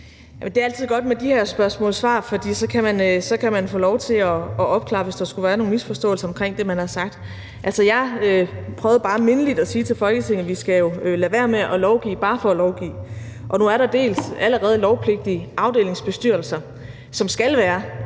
Det er altid godt med de her spørgsmål-svar, for så kan man få lov til at opklare, hvis der skulle være nogle misforståelser om det, man har sagt. Altså, jeg prøvede bare mindeligt at sige til Folketinget, at vi jo skal lade være med at lovgive bare for at lovgive. Nu er der dels allerede lovpligtige afdelingsbestyrelser, som der skal være,